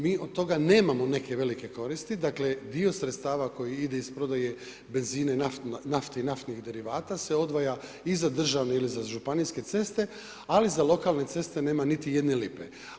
Mi od toga nemamo neke velike koristi, dakle, dio sredstava koji ide iz prodaje benzina i naftnim derivata, se odvaja ili za državne ili za županijske ceste, ali za lokalne ceste nema niti jedne lipe.